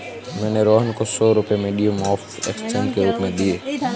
मैंने रोहन को सौ रुपए मीडियम ऑफ़ एक्सचेंज के रूप में दिए